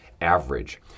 average